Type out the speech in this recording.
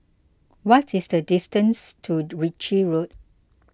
what is the distance to Ritchie Road